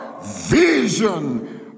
vision